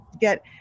get